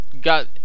got